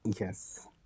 yes